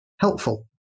helpful